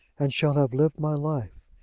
and shall have lived my life.